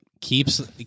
keeps